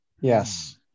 Yes